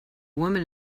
woman